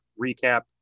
recap